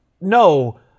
no